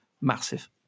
massive